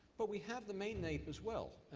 but we have the main naep as well.